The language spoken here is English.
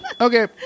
Okay